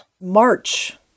March